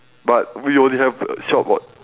but we only have uh short what